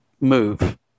move